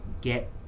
get